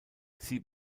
sie